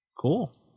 Cool